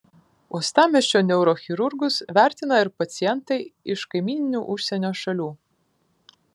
uostamiesčio neurochirurgus vertina ir pacientai iš kaimyninių užsienio šalių